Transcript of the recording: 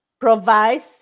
provides